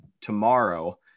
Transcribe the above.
tomorrow